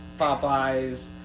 Popeyes